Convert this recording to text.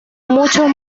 muchos